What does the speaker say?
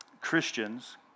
Christians